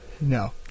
No